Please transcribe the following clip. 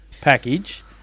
package